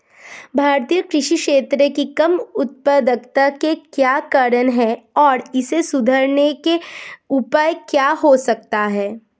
भारतीय कृषि क्षेत्र की कम उत्पादकता के क्या कारण हैं और इसे सुधारने के उपाय क्या हो सकते हैं?